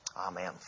Amen